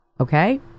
okay